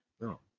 No